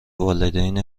والدین